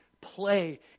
play